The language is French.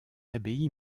abbaye